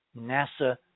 NASA